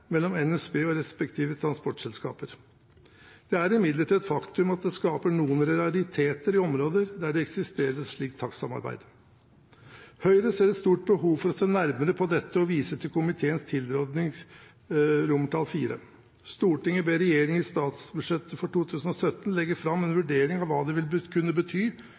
mellom NSB og respektive transportselskaper. Det er imidlertid et faktum at det skaper noen rariteter i områder der det eksisterer et slikt takstsamarbeid. Høyre ser et stort behov for å se nærmere på dette og viser til komiteens tilrådning IV: «Stortinget ber regjeringen i statsbudsjettet for 2017 legge fram en vurdering av hva det vil kunne bety